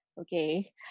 Okay